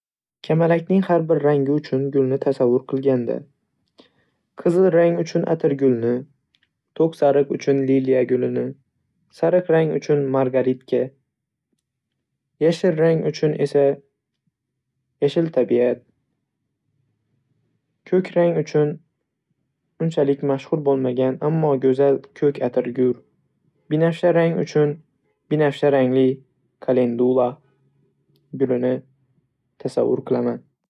Kamalakning har bir rangi uchun gulni tasavvur qilganda. Qizil rang uchun atirgulni, to'q sariq uchun liliya gulini, sariq rang uchun margaritka, yashil rang uchun esa yashil tabiat, ko'k rang uchun unchalik mashhur bo'lmagan ammo go'zal ko'k atirgul, binafsha rang uchun binafsha rangli qalindula gulini tasavvur qilaman.